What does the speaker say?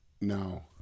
No